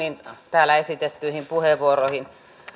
täällä esitettyihin puheenvuoroihin